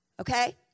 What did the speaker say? Okay